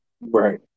Right